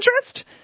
interest –